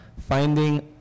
finding